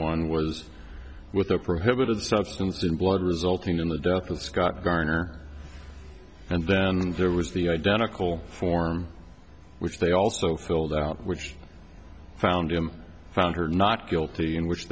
one was with a prohibited substance in blood resulting in the death of scott garner and then and there was the identical form which they also filled out which i found him found her not guilty in which